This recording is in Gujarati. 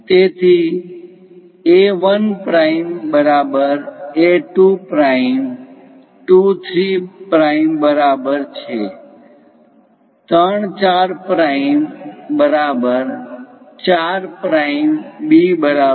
તેથી A 1 prime બરાબર 1 2 prime 2 3 prime બરાબર છે 3 4 prime બરાબર 4 પ્રાઈમ B બરાબર